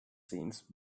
since